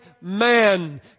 man